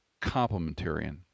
complementarian